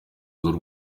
z’u